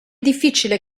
difficile